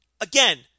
again